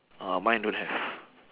ah mine don't have